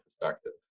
perspective